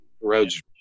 Roads